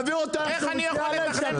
המושבניקים הם החלשים.